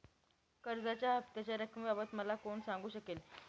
कर्जाच्या हफ्त्याच्या रक्कमेबाबत मला कोण सांगू शकेल?